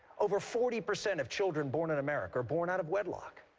over forty percent of children born in america are born out of wedlock.